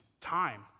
time